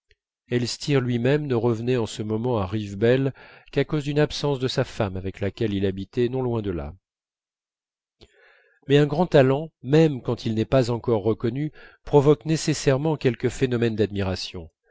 elstir lui-même ne revenait en ce moment à rivebelle qu'à cause d'une absence de sa femme avec laquelle il habitait non loin de là mais un grand talent même quand il n'est pas encore reconnu provoque nécessairement quelques phénomènes d'admiration